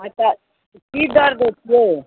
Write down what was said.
नहि तऽ की दर दै छिए